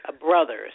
brothers